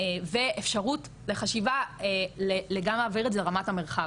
ואפשרות לחשיבה להעביר את זה לרמת המרחב.